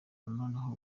noneho